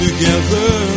Together